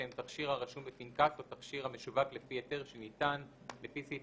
שהם תכשיר הרשום בפנקס או תכשיר המשווק לפי היתר שניתן לפי סעיף